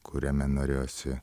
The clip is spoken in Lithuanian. kuriame norėjosi